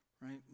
right